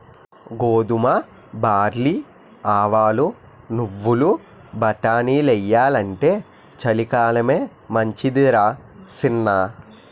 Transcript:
గోధుమ, బార్లీ, ఆవాలు, నువ్వులు, బటానీలెయ్యాలంటే చలికాలమే మంచిదరా సిన్నా